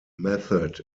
method